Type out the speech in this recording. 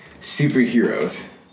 superheroes